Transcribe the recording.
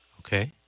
Okay